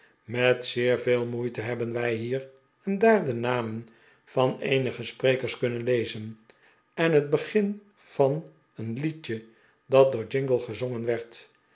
met zeer veel moeite hebben wij hier en daar de namen van eenige sprekers kunnen lezen en het begin van een liedje dat door jingle gezongen werd